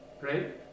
right